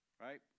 right